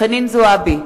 חנין זועבי,